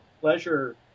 Pleasure